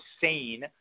sane